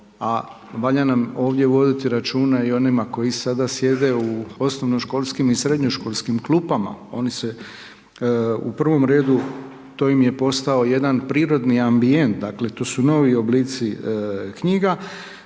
valja nam ovdje voditi računa i onima koji sada sjede u osnovnoškolskim i srednjoškolskim klupama, oni se u prvom redu, to im je postao jedan prirodni ambijent, dakle to su novi oblici knjiga,